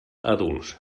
adults